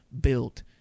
built